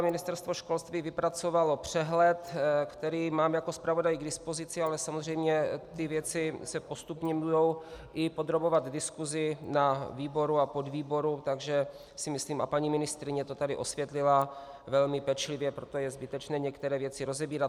Ministerstvo školství vypracovalo přehled, který mám jako zpravodaj k dispozici, ale samozřejmě ty věci se postupně budou i podrobovat diskusi na výboru a podvýboru, takže si myslím, a paní ministryně to tady osvětlila velmi pečlivě, proto je zbytečné některé věci rozebírat.